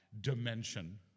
dimension